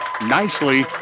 nicely